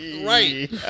Right